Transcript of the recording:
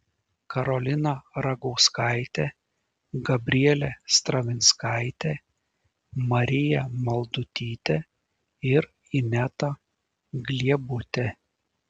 karolina ragauskaitė gabrielė stravinskaitė marija maldutytė ir ineta gliebutė